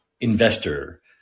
investor